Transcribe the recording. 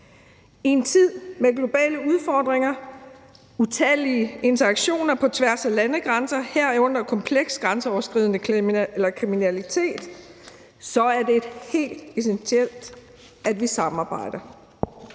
I en tid med globale udfordringer og utallige interaktioner på tværs af landegrænser, herunder kompleks grænseoverskridende kriminalitet, er det helt essentielt, at vi samarbejder.